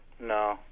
No